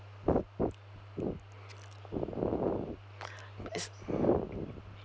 is